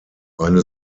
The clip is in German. eine